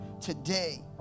today